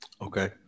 Okay